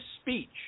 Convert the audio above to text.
speech